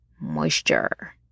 moisture